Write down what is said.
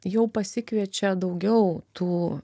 jau pasikviečia daugiau tų